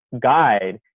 guide